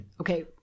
Okay